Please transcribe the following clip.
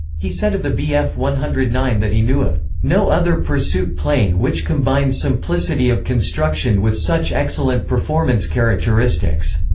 he said of the bf one hundred and nine that he knew of no other pursuit plane which combines simplicity of construction with such excellent performance characteristics.